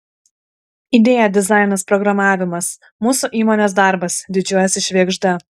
idėja dizainas programavimas mūsų įmonės darbas didžiuojasi švėgžda